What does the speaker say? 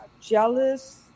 jealous